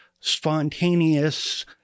spontaneous